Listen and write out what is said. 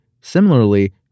Similarly